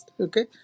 okay